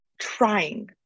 trying